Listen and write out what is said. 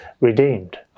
redeemed